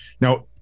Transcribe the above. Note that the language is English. Now